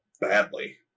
badly